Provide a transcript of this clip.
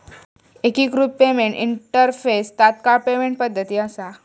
एकिकृत payment interface तात्काळ payment पद्धती असा